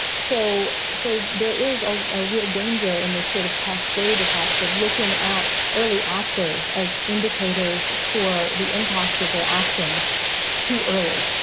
so so there is a ah real danger in this sort of cascade effect of looking at early actors as indicators for the impact of their actions too early.